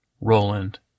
Roland